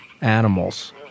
animals